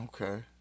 Okay